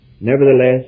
nevertheless